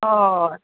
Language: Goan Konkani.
हय